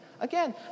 Again